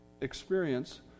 experience